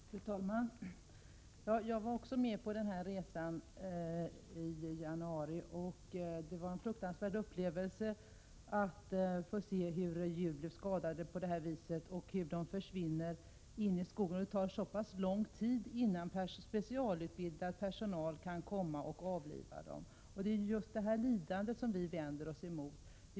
Fru talman! Jag var också med på resan i februari. Det var en fruktansvärd upplevelse att se hur djur blev skadade på detta vis. De försvinner ofta in i skogen efter en olycka, och det tar lång tid innan specialutbildad personal kan komma och avliva djuren. Det är detta lidande vi vänder oss emot.